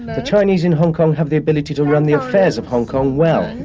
the chinese in hong kong have the ability to run the affairs of hong kong well,